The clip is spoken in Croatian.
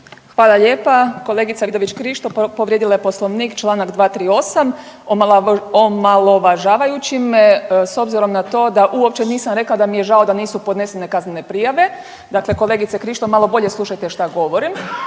Hvala lijepa. Kolegica Vidović Krišto povrijedila je Poslovnik čl. 238. omalovažavajući me s obzirom na to da uopće nisam rekla da mi je žao da nisu podnesene kaznene prijave, dakle kolegice Krišto malo bolje slušajte što govorim.